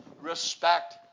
respect